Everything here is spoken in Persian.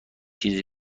چیز